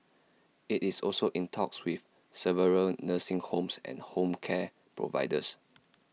IT is also in talks with several nursing homes and home care providers